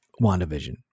WandaVision